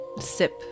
sip